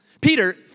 Peter